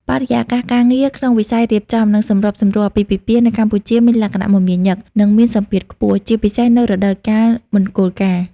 បរិយាកាសការងារក្នុងវិស័យរៀបចំ និងសម្របសម្រួលអាពាហ៍ពិពាហ៍នៅកម្ពុជាមានលក្ខណៈ មមាញឹក និងមានសម្ពាធខ្ពស់ ជាពិសេសនៅរដូវកាលមង្គលការ។